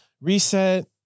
Reset